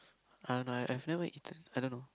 I don't know I've never eaten I don't know